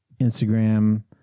Instagram